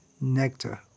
nectar